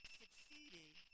succeeding